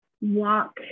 walk